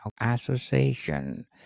association